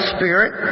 Spirit